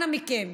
אנא מכם,